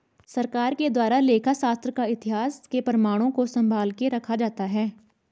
सरकार के द्वारा लेखा शास्त्र का इतिहास के प्रमाणों को सम्भाल के रखा जाता है